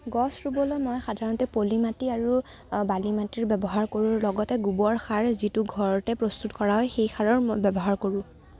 গছ ৰুবলৈ মই সাধাৰণতে পলি মাটি আৰু বালি মাটিৰ ব্যৱহাৰ কৰোঁ লগতে গোবৰ সাৰ যিটো ঘৰতে প্ৰস্তুত কৰা হয় সেই সাৰৰ মই ব্যৱহাৰ কৰোঁ